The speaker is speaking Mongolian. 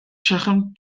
шахам